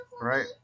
right